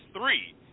three